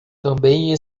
também